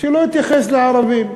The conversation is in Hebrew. לא התייחס לערבים,